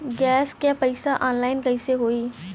Gas क पैसा online कइसे होई?